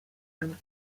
and